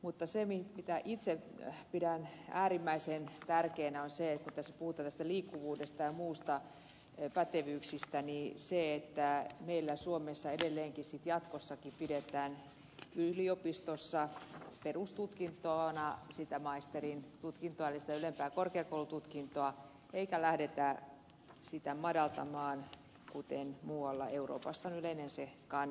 mutta se mitä itse pidän äärimmäisen tärkeänä kun tässä puhutaan liikkuvuudesta ja muista pätevyyksistä on se että meillä suomessa edelleen jatkossakin pidetään yliopistossa perustutkintona maisterin tutkintoa eli ylempää korkeakoulututkintoa eikä lähdetä sitä madaltamaan vaikka muualla euroopassa veden sekaan